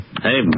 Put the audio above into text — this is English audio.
Hey